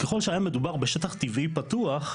ככל שהיה מדובר בשטח טבעי פתוח,